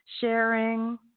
sharing